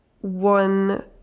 one